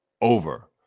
over